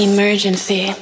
Emergency